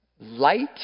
light